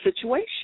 situation